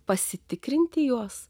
pasitikrinti juos